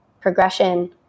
progression